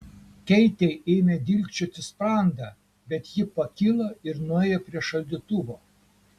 keitei ėmė dilgčioti sprandą bet ji pakilo ir nuėjo prie šaldytuvo